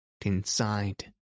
inside